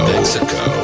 Mexico